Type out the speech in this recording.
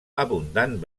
abundant